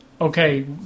okay